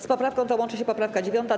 Z poprawką tą łączy się poprawka 9.